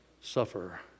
suffer